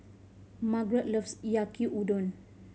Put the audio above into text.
Margrett loves Yaki Udon